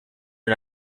are